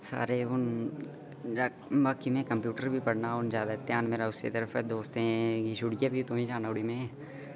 सारे हू'न बाकी में कंप्यूटर बी पढना हू'न जादै ध्यान मेरा उस्सै पास्से दोस्तें गी छुड़ियै बी तुआहीं जन्ना में